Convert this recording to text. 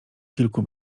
kilku